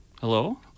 Hello